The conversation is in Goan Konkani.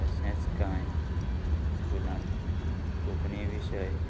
तशेंच कांय स्कुलांत कोंकणी विशय